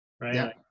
right